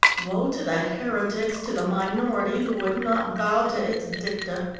woe to the heretics, to the minority, who would not bow to its dicta.